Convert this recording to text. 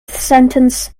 sentence